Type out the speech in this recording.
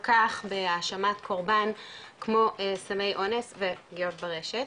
כך בהאשמת קורבן כמו סמי אונס ופגיעות ברשת,